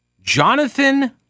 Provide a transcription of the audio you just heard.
Jonathan